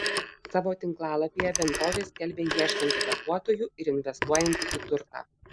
savo tinklalapyje bendrovė skelbia ieškanti darbuotojų ir investuojanti į turtą